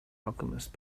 alchemist